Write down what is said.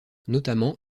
notamment